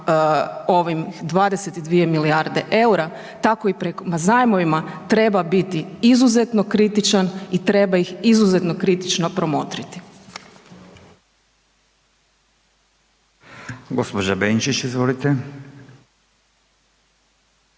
ovih 22 milijarde eura, tako i prema zajmovima treba biti izuzetno kritičan i treba ih izuzetno kritično promotriti.